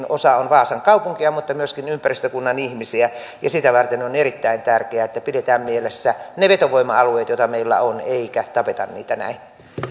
osa onkin vaasan kaupunkia mutta myöskin ympäristökuntien ihmisiä ja sitä varten on erittäin tärkeää että pidetään mielessä ne vetovoima alueet joita meillä on eikä tapeta niitä näin